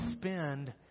spend